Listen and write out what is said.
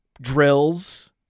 drills